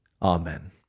Amen